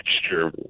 texture